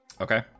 okay